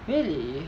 really